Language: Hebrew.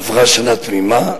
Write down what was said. עברה שנה תמימה,